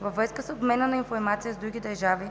Във връзка с обмена на информация с други държави